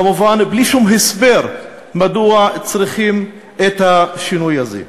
כמובן בלי שום הסבר מדוע צריכים את השינוי הזה.